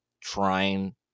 trying